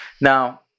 Now